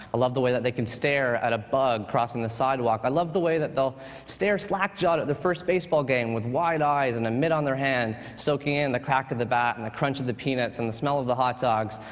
love the way that they can stare at a bug crossing the sidewalk. i love the way that they'll stare slack-jawed at their first baseball game with wide eyes and a mitt on their hand, soaking in the crack of the bat and the crunch of the peanuts and the smell of the hotdogs.